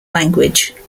language